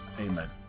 Amen